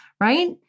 right